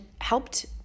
helped